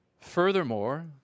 Furthermore